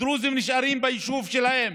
הדרוזים נשארים ביישוב שלהם,